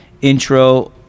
Intro